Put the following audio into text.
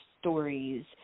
stories